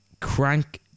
crank